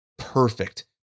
Perfect